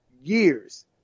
years